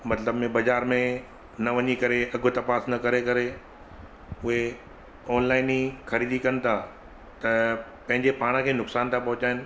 मतिलब में बाज़ार में न वञी करे अघु त पास न करे करे उहे ऑनलाइन ई ख़रीदी कन था त पंहिंजे पाण खे नुक़सान था पोहचाइनि